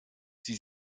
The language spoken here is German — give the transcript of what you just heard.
sie